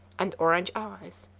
and orange eyes.